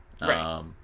Right